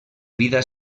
vida